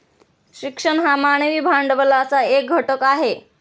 शिक्षण हा मानवी भांडवलाचा एक घटक आहे